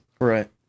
Right